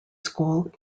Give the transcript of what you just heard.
school